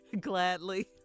Gladly